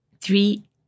three